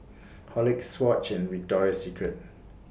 Horlicks Swatch and Victoria Secret